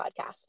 podcast